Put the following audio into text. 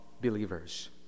believers